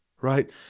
Right